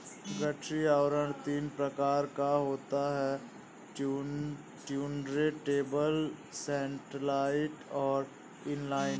गठरी आवरण तीन प्रकार का होता है टुर्नटेबल, सैटेलाइट और इन लाइन